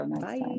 Bye